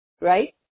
right